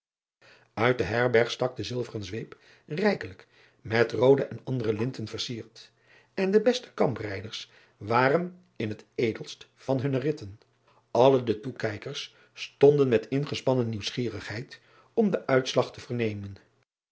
it de herberg stak de zilveren zweep rijkelijk met roode en andere linten versierd en de beste kamprijders waren in het edelst van hunne ritten alle de toekijkers stonden met ingespannen nieuwsgierigheid om den uitslag te vernemen